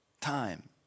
time